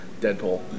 Deadpool